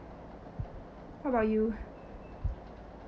how about you